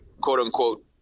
quote-unquote